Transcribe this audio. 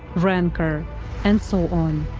rancour and so on.